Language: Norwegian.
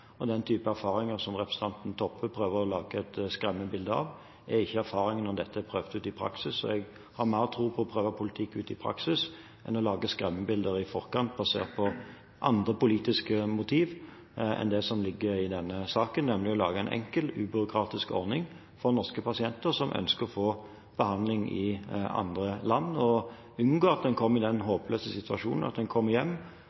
og den type erfaringer som representanten Toppe prøver å lage et skremmebilde av, er ikke erfaringen når dette er prøvd ut i praksis. Jeg har mer tro på å prøve politikk ut i praksis enn å lage skremmebilder i forkant basert på andre politiske motiver enn det som ligger i denne saken, nemlig å lage en enkel, ubyråkratisk ordning for norske pasienter som ønsker å få behandling i andre land, og unngå at en kommer i den håpløse situasjonen når en kommer hjem